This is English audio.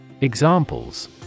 Examples